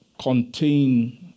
contain